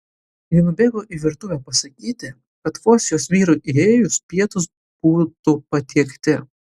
ji nubėgo į virtuvę pasakyti kad vos jos vyrui įėjus pietūs būtų patiekti